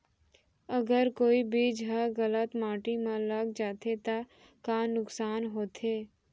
अगर कोई बीज ह गलत माटी म लग जाथे त का नुकसान होथे?